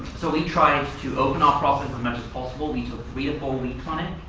so we tried to open our process possible. we took three or four weeks on it.